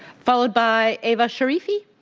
followed by ava sharifi.